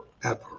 forever